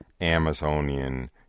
Amazonian